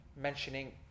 mentioning